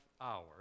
hour